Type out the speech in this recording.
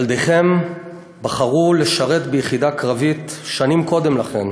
ילדיכם בחרו לשרת ביחידה קרבית שנים קודם לכן,